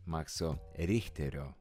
makso richterio